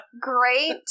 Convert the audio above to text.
Great